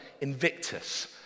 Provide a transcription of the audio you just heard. Invictus